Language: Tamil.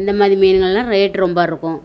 இந்த மாதிரி மீன்கள்லாம் ரேட்டு ரொம்ப இருக்கும்